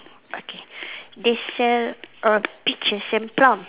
okay they sell err peaches and plum